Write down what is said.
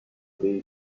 dei